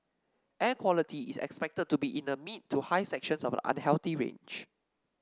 air quality is expected to be in the mid to high sections of the unhealthy range